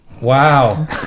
wow